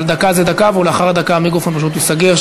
אבל דקה זו דקה, ולאחר הדקה המיקרופון פשוט ייסגר.